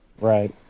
Right